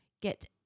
get